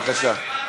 בבקשה.